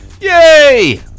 Yay